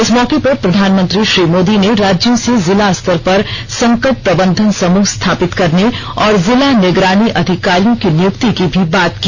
इस मौके पर प्रधानमंत्री श्री मोदी ने राज्यों से जिला स्तर पर संकट प्रबंधन समूह स्थापित करने और जिला निगरानी अधिकारियों की नियुक्ति की भी बात की